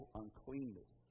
uncleanness